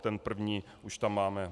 Ten první už tam máme.